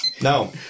No